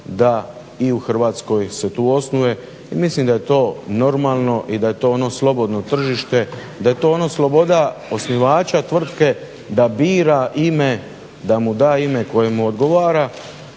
da i u Hrvatskoj se tu osnuje, jer mislim da je to normalno i da je to ono slobodno tržište. Da je to ono sloboda osnivača tvrtke da bira ime, da mu da ime koje mu odgovara